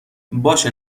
باشه